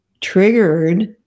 triggered